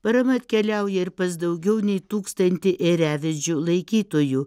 parama atkeliauja ir pas daugiau nei tūkstantį ėriavedžių laikytojų